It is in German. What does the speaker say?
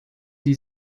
die